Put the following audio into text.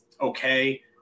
okay